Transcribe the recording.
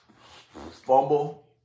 Fumble